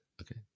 okay